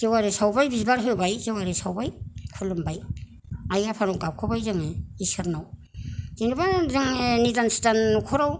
जेवारि सावबाय बिबार होबाय जेवारि सावबाय खुलुमबाय आइ आफानाव गाबखबाय जोङो इसोरनाव जेनबा जोंहा निदान सिदान न'खराव